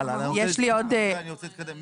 הלאה, אני רוצה להתקדם.